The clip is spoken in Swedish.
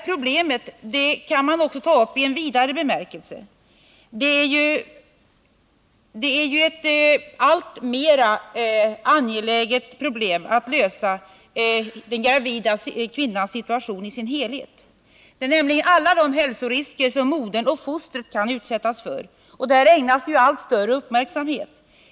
Problemet kan också tas upp i en vidare bemärkelse. Det blir ju ett alltmer angeläget problem att lösa den gravida kvinnans situation i dess helhet. Det gäller alla de hälsorisker som modern och fostret kan utsättas för, och dessa ägnas allt större uppmärksamhet.